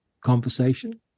conversation